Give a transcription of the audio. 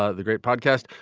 ah the great podcast.